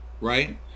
right